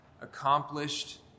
accomplished